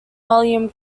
mullum